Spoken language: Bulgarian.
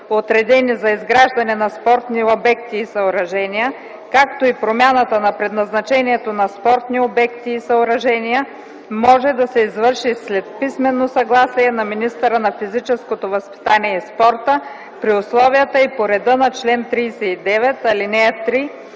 отредени за изграждане на спортни обекти и съоръжения, както и промяната на предназначението на спортни обекти и съоръжения, може да се извърши след писмено съгласие на министъра на физическото възпитание и спорта при условията и по реда на чл. 39, ал. 3